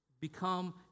become